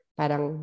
parang